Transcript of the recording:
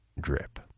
Drip